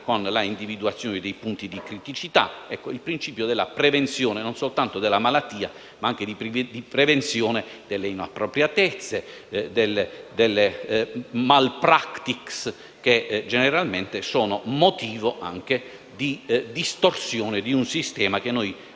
con l'individuazione dei punti di criticità: si tratta del principio della prevenzione non soltanto della malattia, ma anche delle inappropriatezze e delle *malpractice*, che generalmente sono motivo di distorsione di un sistema che, con